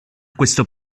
questo